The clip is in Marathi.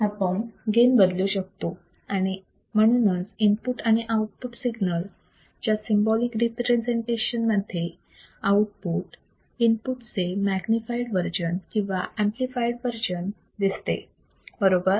आपण गेन बदलू शकतो आणि म्हणूनच इनपुट आणि आउटपुट सिग्नल च्या सिंबोलिक रिप्रेझेंटेशन मध्ये आउटपुट इनपुट चे मॅग्नेटफाईड वर्जन किंवा एंपलीफाईड वर्जन दिसते बरोबर